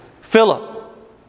Philip